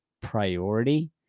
priority